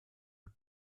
mit